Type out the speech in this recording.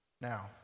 Now